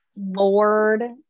Lord